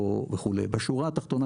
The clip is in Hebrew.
בשורה התחתונה,